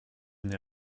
n’ai